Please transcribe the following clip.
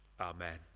Amen